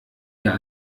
ihr